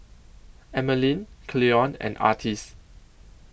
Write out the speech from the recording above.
Emmaline Cleon and Artis